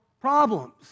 problems